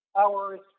hours